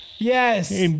Yes